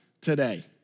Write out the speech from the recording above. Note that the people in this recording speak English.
today